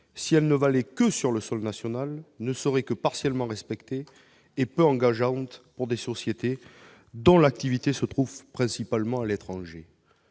si elle ne valait que sur sol national, ne serait que partiellement respectée et peu contraignante pour des sociétés dont l'activité s'exerce principalement à l'étranger.